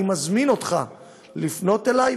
אני מזמין אותך לפנות אלי,